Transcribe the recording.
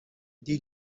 dee